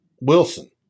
Wilson